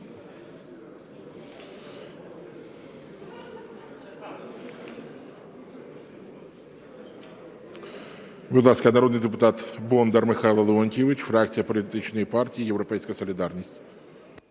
Будь ласка, народний депутат Бондар Михайло Леонтійович, фракція політичної партії "Європейська солідарність".